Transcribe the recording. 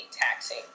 taxing